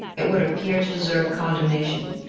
it would appear to deserve condemnation,